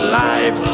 life